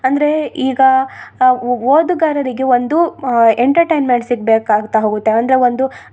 ಅಂದರೆ ಈಗ ಓದುಗಾರರಿಗೆ ಒಂದು ಎಂಟರ್ಟೈನ್ಮೆಂಟ್ ಸಿಗ್ಬೇಕಾಗ್ತಾ ಹೋಗುತ್ತೆ ಅಂದರೆ ಒಂದು